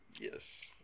yes